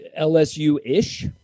LSU-ish